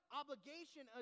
obligation